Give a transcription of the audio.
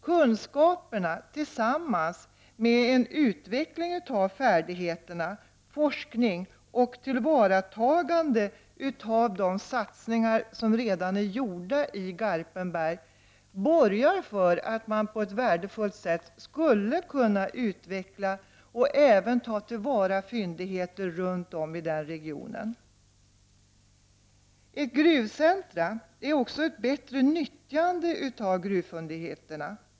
Kunskaperna, tillsammans med en utveckling av färdigheterna, forskning och tillvaratagande av de satsningar som redan är gjorda i Garpenberg, borgar för att man på ett värdefullt sätt skulle kunna utveckla och även ta till vara fyndigheter runt om i den regionen. Ett gruvcentrum innebär för det andra ett bättre unyttjande av gruvfyndigheterna.